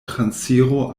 transiro